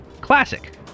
Classic